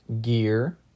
gear